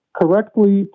correctly